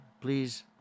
Please